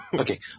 Okay